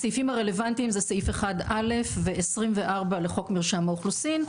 הסעיף הרלוונטי הם סעיף 1א' ו-24 לחוק מרשם האוכלוסין,